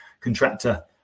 contractor